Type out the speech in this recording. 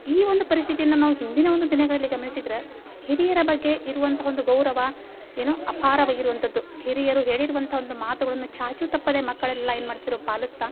ಈ ಒಂದು ಪರಿಸ್ಥಿತಿಯನ್ನ ನಾವು ಹಿಂದಿನ ಒಂದು ದಿನಗಳಲ್ಲಿ ಗಮನಿಸಿದ್ರೆ ಹಿರಿಯರ ಬಗ್ಗೆ ಇರುವಂಥ ಒಂದು ಗೌರವ ಏನೋ ಅಪಾರವಾಗಿರುವಂಥದ್ದು ಹಿರಿಯರು ಹೇಳಿರುವಂಥ ಒಂದು ಮಾತುಗಳನ್ನು ಚಾಚು ತಪ್ಪದೇ ಮಕ್ಕಳೆಲ್ಲ ಏನು ಮಾಡ್ತ್ರು ಪಾಲಿಸ್ತಾ